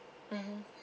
mmhmm